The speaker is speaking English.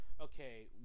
okay